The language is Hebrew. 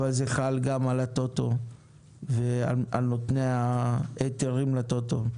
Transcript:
אבל זה חל גם על הטוטו ועל נותני ההיתרים לטוטו.